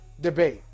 debate